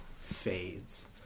fades